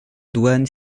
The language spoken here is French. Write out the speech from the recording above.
douanes